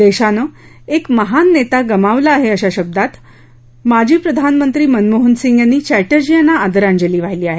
देशानं एक महान नेता गमावला आहे अशा शब्दात माजी प्रधानमंत्री मनमोहन सिंग यांनी चॅटर्जी यांना आदरांजली वाहिली आहे